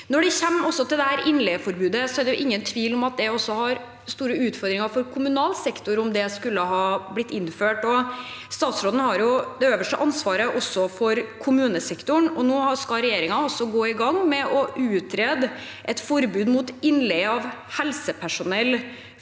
Når det gjelder innleieforbudet, er det ingen tvil om at det ville bety store utfordringer for kommunal sektor om det skulle ha blitt innført. Statsråden har det øverste ansvaret også for kommunesektoren, og nå skal regjeringen gå i gang med å utrede et forbud mot innleie av helsepersonell